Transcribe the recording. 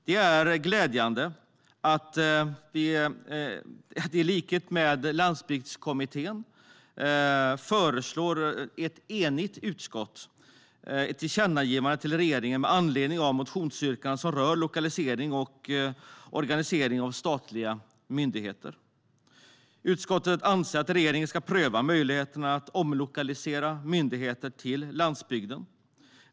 Det är glädjande att ett enigt utskott, i likhet med Landsbygdskommittén, föreslår ett tillkännagivande till regeringen med anledning av motionsyrkanden som rör lokalisering och organisering av statliga myndigheter. Utskottet anser att regeringen ska pröva möjligheterna att omlokalisera myndigheter till landsbygden.